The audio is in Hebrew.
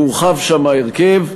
הורחב שם ההרכב,